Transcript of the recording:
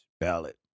ballot